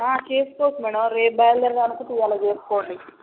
ఆ చేసుకోవచ్చు మేడం రేపు బయలుదేరుదాం అనుకుంటే ఇవాళ చేసుకోండి